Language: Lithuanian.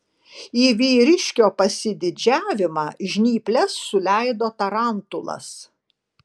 į vyriškio pasididžiavimą žnyples suleido tarantulas